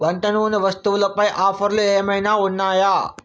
వంట నూనె వస్తువులపై ఆఫర్లు ఏమైనా ఉన్నాయా